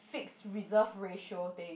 fixed reserve ratio thing